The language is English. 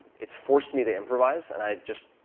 it's forced me to improvise. and i just